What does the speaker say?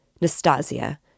Nastasia